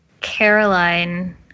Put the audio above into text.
Caroline